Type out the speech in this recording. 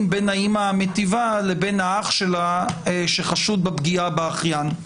בין האימא המיטיבה לבין האח שלה שחשוד בפגיעה באחיין.